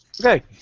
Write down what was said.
Okay